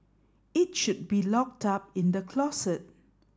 it should be locked up in the closet